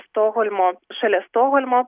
stokholmo šalia stokholmo